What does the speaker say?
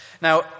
Now